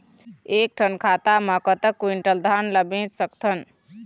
एक ठन खाता मा कतक क्विंटल धान ला बेच सकथन?